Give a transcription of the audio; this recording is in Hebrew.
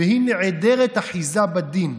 והיא נעדרת אחיזה בדין,